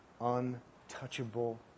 untouchable